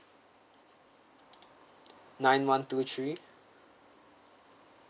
nine one two three